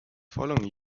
following